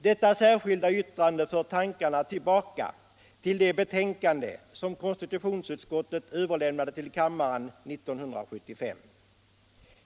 Detta särskilda yttrande för tankarna tillbaka till det betänkande som konstitutionsutskottet överlämnade ull kammaren 1975.